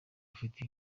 afite